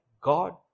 God